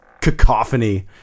cacophony